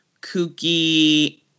kooky